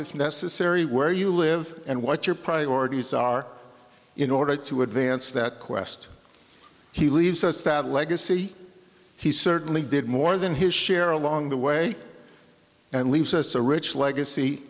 if necessary where you live and what your priorities are in order to advance that quest he leaves us that legacy he certainly did more than his share along the way and leaves us a rich legacy